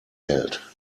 hält